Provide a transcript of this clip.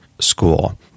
school